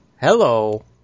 Hello